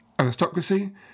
Aristocracy